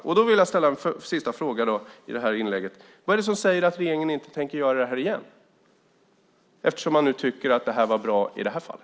Jag vill ställa en sista fråga i det här inlägget: Vad är det som säger att regeringen inte tänker göra det här igen, eftersom man tycker att det var bra i det här fallet?